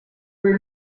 were